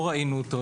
לא ראינו אותו,